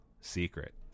Secret